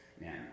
Man